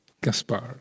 Gaspar